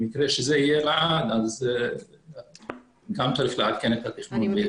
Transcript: תודה